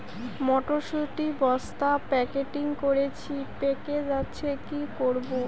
মটর শুটি বস্তা প্যাকেটিং করেছি পেকে যাচ্ছে কি করব?